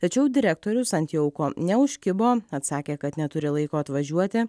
tačiau direktorius ant jauko neužkibo atsakė kad neturi laiko atvažiuoti